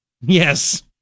yes